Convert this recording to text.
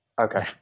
Okay